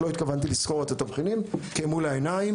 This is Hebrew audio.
לא התכוונתי לסקור את התבחינים כי הם מול העיניים,